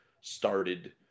started